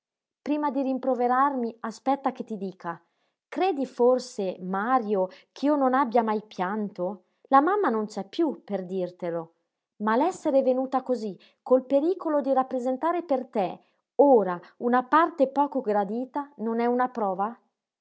prima di rimproverarmi aspetta che ti dica credi forse mario ch'io non abbia mai pianto la mamma non c'è piú per dirtelo ma l'essere venuta cosí col pericolo di rappresentare per te ora una parte poco gradita non è una prova